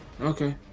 okay